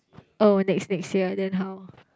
oh next next year then how